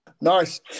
Nice